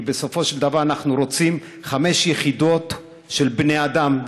כי בסופו של דבר אנחנו רוצים חמש יחידות של בני-אדם,